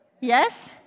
Yes